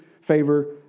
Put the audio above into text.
favor